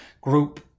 group